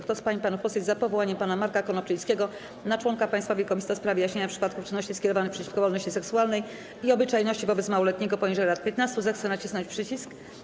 Kto z pań i panów posłów jest za powołaniem pana Marka Konopczyńskiego na członka Państwowej Komisji do spraw wyjaśniania przypadków czynności skierowanych przeciwko wolności seksualnej i obyczajności wobec małoletniego poniżej lat 15, zechce nacisnąć przycisk.